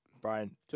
Brian